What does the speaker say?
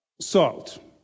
salt